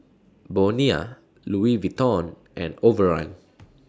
Bonia Louis Vuitton and Overrun